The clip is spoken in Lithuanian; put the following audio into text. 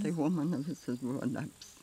tai buvo mano visas buvo darbs